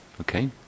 Okay